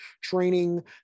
training